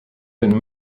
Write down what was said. been